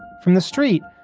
from the street,